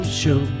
show